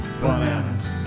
bananas